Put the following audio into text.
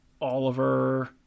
Oliver